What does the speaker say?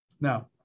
Now